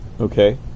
Okay